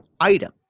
item